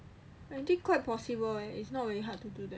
I think quite possible eh if not very hard to do that